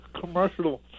commercial